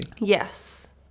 Yes